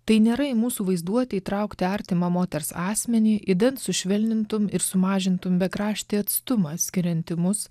tai nėra į mūsų vaizduotę įtraukti artimą moters asmenį idant sušvelnintum ir sumažintum bekraštį atstumą skiriantį mus